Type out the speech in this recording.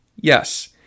yes